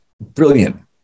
brilliant